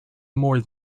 more